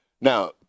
Now